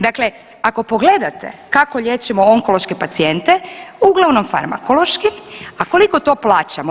Dakle ako pogledate kako liječimo onkološke pacijente, uglavnom farmakološki, a koliko to plaćamo?